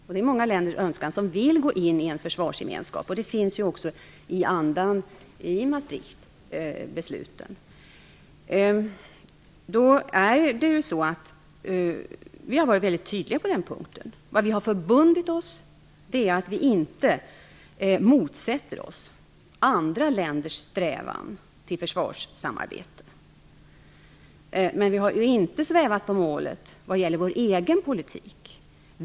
Det är ju många länder som önskar gå in i en försvarsgemenskap. Det här återfinns också i Maastrichtbeslutens anda. Vi har varit väldigt tydliga på den här punkten. Vad vi förbundit oss är att vi inte skall motsätta oss andra länders strävan till försvarssamarbete. Vi har dock inte svävat på målet vad gäller vår egen politik.